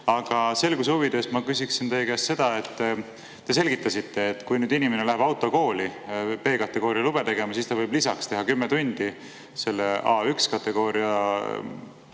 Aga selguse huvides ma küsiksin teie käest seda. Te selgitasite, et kui inimene läheb autokooli B-kategooria lube tegema, siis ta võib lisaks teha 10 tundi selle A1-kategooria